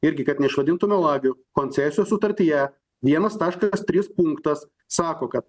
irgi kad neišvadintų melagiu koncesijos sutartyje vienas taškas trys punktas sako kad